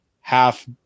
half